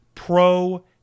Pro